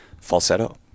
falsetto